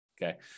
Okay